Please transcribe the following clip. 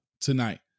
tonight